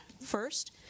First